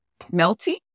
Melty